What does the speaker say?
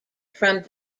from